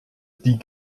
die